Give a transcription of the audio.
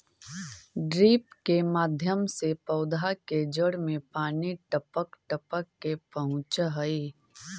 drip के माध्यम से पौधा के जड़ में पानी टपक टपक के पहुँचऽ हइ